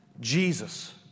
Jesus